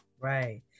right